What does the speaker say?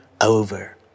over